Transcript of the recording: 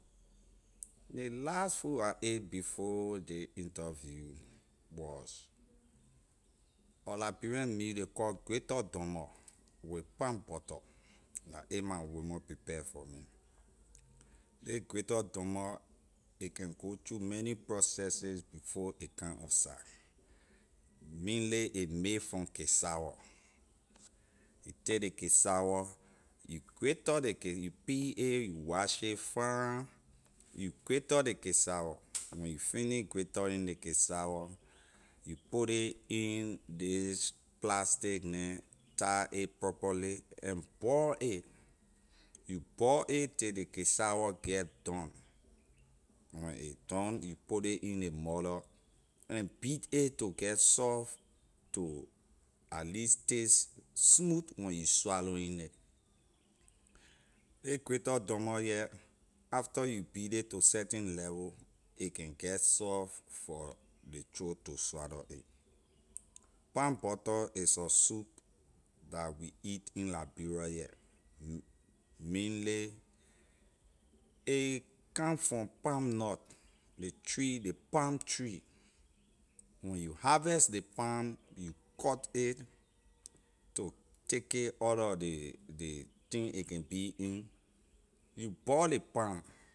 Ley last food I ate before ley interview was a liberian meal ley call gritter dumboy with palm butter la a my woman prepare for me ley gritter dumboy a go through many processes before a come outside main a may from cassawor you take ley cassawor you gritter peal it wash it fine you gritter ley cassawor when you finish grittering ley cassawor you put ley in ley plastic neh tie a properly and boil it you boil a till ley cassawor get done when a done you put ley in ley morlor and beat it to get soft to at least taste smooth when you swallowing it ley gritter dumboy heh after you beat ley to certain level a can get soft for ley throat to swallow it palm butter is a soup dah we eat in liberia heh mainly a come from palm nut ley tree ley palm tree when you harvest ley palm you cut it to take it out lor ley thing a can be in you boil ley palm.